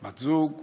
בת-זוג,